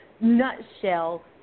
nutshell